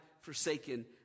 forsaken